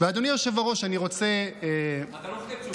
אתה לא מחכה לתשובה.